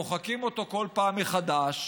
מוחקים אותו כל פעם מחדש.